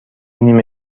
نیمه